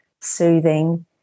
soothing